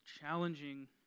challenging